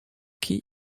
quai